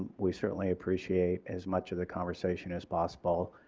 we certainly appreciate as much of the conversation as possible.